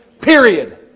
Period